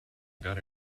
got